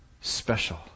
Special